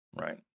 Right